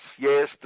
Yes